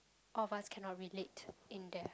all of us cannot relate in that